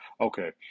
Okay